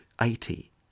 eighty